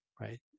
right